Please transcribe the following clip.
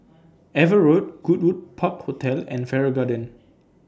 AVA Road Goodwood Park Hotel and Farrer Garden